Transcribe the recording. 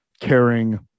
caring